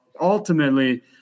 ultimately